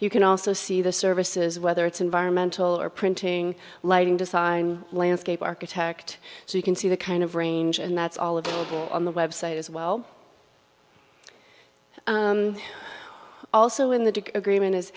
you can also see the services whether it's environmental or printing lighting design landscape architect so you can see the kind of range and that's all available on the website as well also in the duke agreement is